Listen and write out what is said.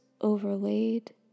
overlaid